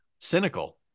Cynical